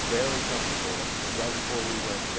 very comfortable. right before we went